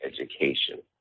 Education